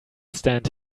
stand